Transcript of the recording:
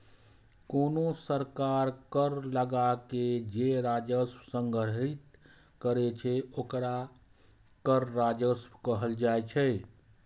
कोनो सरकार कर लगाके जे राजस्व संग्रहीत करै छै, ओकरा कर राजस्व कहल जाइ छै